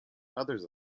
mothers